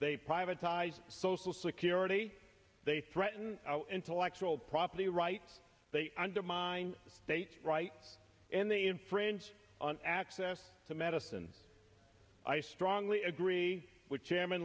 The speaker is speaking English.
they privatized social security they threaten intellectual property rights they undermine states rights and they infringe on access to medicine i strongly agree with chairman